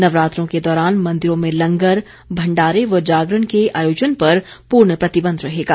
नवरात्रों के दौरान मंदिरों में लंगर भंडारे व जागरण के आयोजन पर पूर्ण प्रतिबंध रहेगा